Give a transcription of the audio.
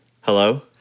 Hello